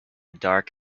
dark